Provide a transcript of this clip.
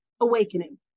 awakening